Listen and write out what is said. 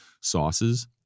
sauces